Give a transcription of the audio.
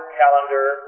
calendar